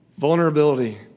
Vulnerability